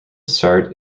start